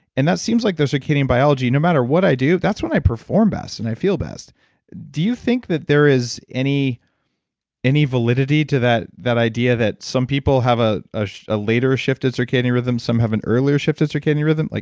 and that seems like the circadian biology no matter what i do, that's when i perform best and i feel best do you think that there is any any validity to that that idea that some people have a ah ah later shift in circadian rhythm, some have an earlier shift to circadian rhythm? like